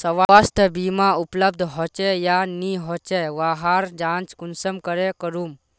स्वास्थ्य बीमा उपलब्ध होचे या नी होचे वहार जाँच कुंसम करे करूम?